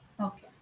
Okay